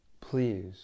Please